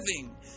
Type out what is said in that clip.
living